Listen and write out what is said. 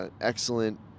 excellent